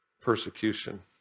persecution